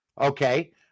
Okay